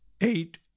eight